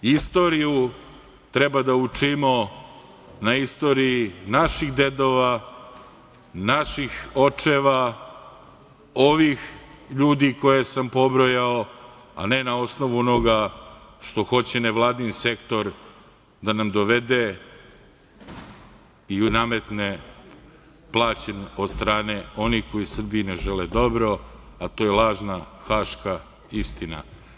Istoriju treba da učimo na istoriji naših dedova, naših očeva, ovih ljudi koje sam pobrojao, a ne na osnovu onoga što hoće nevladin sektor da nam dovede i nametne, plaćen od strane onih koji Srbiji ne žele dobro, a to je lažna haška istina.